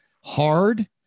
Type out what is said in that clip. hard